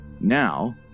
Now